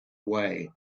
away